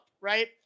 Right